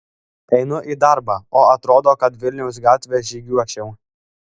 einu į darbą o atrodo kad vilniaus gatve žygiuočiau